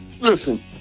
listen